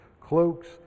cloaks